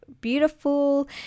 beautiful